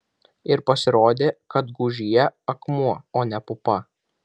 ir pasirodė kad gūžyje akmuo o ne pupa